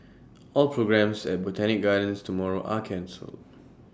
all programmes at Botanic gardens tomorrow are cancelled